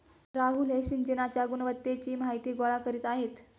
राहुल हे सिंचनाच्या गुणवत्तेची माहिती गोळा करीत आहेत